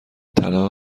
طلا